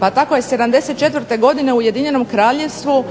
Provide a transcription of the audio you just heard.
pa tako je '74. godine Ujedinjenom Kraljevstvu